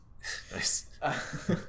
Nice